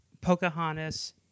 Pocahontas